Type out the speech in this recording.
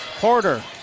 Porter